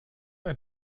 ein